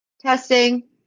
testing